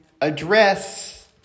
address